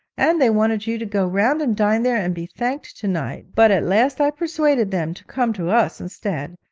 and they wanted you to go round and dine there and be thanked to-night, but at last i persuaded them to come to us instead.